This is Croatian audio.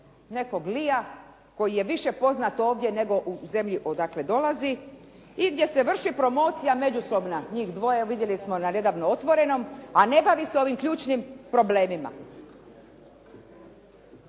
nekog Lia koji je više poznat ovdje nego u zemlji odakle dolazi i gdje se vrši promocija međusobna. Njih dvoje vidjeli smo nedavno na "Otvorenom", a ne bavi se ovim ključnim problemima.